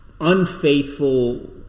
unfaithful